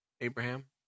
Abraham